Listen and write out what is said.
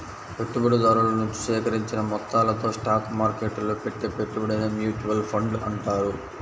పెట్టుబడిదారుల నుంచి సేకరించిన మొత్తాలతో స్టాక్ మార్కెట్టులో పెట్టే పెట్టుబడినే మ్యూచువల్ ఫండ్ అంటారు